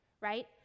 right